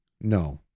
No